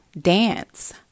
dance